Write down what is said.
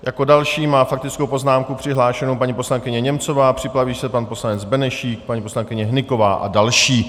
Jako další má faktickou poznámku přihlášenu paní poslankyně Němcová, připraví se pan poslanec Benešík, paní poslankyně Hnyková a další.